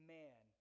man